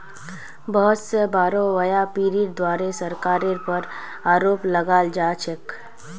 बहुत स बोरो व्यापीरीर द्वारे सरकारेर पर आरोप लगाल जा छेक